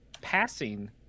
passing